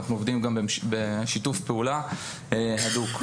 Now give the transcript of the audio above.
אנחנו עובדים גם בשיתוף פעולה הדוק.